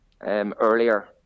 earlier